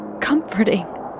comforting